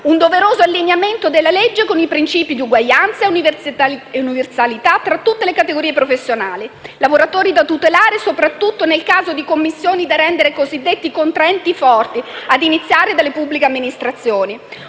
un doveroso allineamento della legge con i principi di uguaglianza e universalità tra tutte le categorie professionali. Lavoratori da tutelare soprattutto nel caso di commissioni da rendere ai cosiddetti contraenti forti, a iniziare dalle pubbliche amministrazioni.